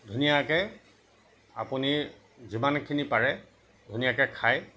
ধুনীয়াকৈ আপুনি যিমানখিনি পাৰে ধুনীয়াকৈ খায়